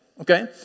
Okay